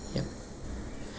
yup